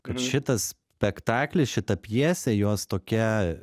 kad šitas spektaklis šita pjesė jos tokia